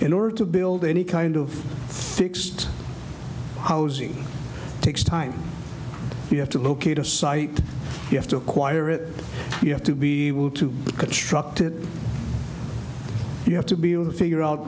in order to build any kind of fixed housing takes time you have to locate a site you have to acquire it you have to be able to construct it you have to be able to figure out